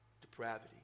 depravity